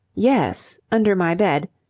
yes. under my bed.